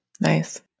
Nice